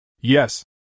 Yes